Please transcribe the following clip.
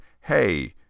hey